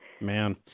Man